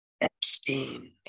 Epstein